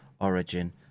origin